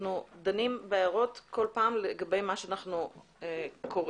אנחנו דנים בהערות כל פעם לגבי מה שאנחנו קוראים